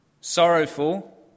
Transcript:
Sorrowful